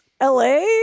LA